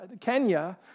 Kenya